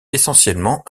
essentiellement